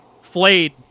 Flayed